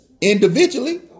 individually